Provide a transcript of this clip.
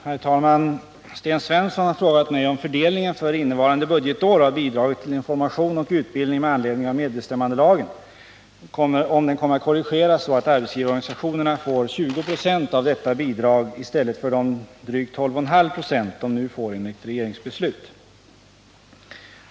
Herr talman! Sten Svensson har frågat mig om fördelningen för innevarande budgetår av bidraget till information och utbildning med anledning av medbestämmandelagen kommer att korrigeras så att arbetsgivarorganisationerna får 20 26 av detta bidrag i stället för de drygt 12,5 96 de nu får enligt regeringsbeslut.